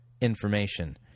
information